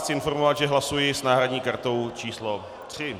Chci vás informovat, že já hlasuji s náhradní kartou číslo 3.